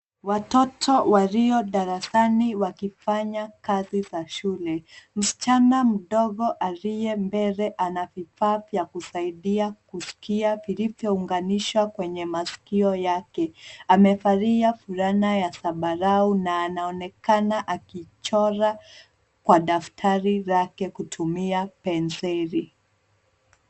Watoto walio darasani wakifanya kazi za shule, msichana mdogo aliye mbele ana vifaa vya kusaidia kusikia vilivyo unganishwa kwenye masikio yake. Amevalia fulana ya zambarau na anaonekana akichora kwa daftari lake kutumia penseli.